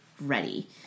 ready